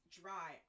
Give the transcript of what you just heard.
dry